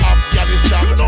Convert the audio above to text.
Afghanistan